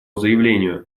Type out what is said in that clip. заявлению